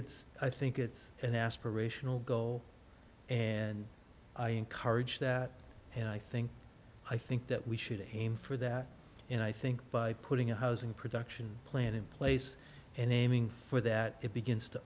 it's i think it's an aspirational goal and i encourage that and i think i think that we should aim for that and i think by putting a housing production plan in place and aiming for that it begins to